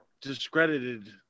discredited